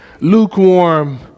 Lukewarm